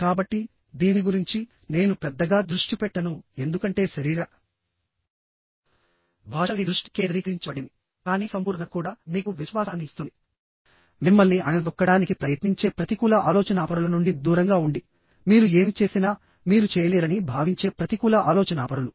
కాబట్టి దీని గురించి నేను పెద్దగా దృష్టి పెట్టను ఎందుకంటే శరీర భాషపై దృష్టి కేంద్రీకరించబడింది కానీ సంపూర్ణత కూడా మీకు విశ్వాసాన్ని ఇస్తుంది మిమ్మల్ని అణగదొక్కడానికి ప్రయత్నించే ప్రతికూల ఆలోచనాపరుల నుండి దూరంగా ఉండి మీరు ఏమి చేసినా మీరు చేయలేరని భావించే ప్రతికూల ఆలోచనాపరులు